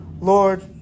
Lord